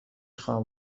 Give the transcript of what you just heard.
خواهم